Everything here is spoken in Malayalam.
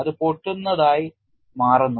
അത് പൊട്ടുന്നതായി മാറുന്നു